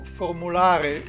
formulare